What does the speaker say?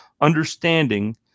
understanding